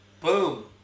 Boom